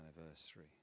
anniversary